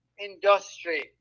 industry